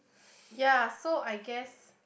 ya so I guess